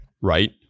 right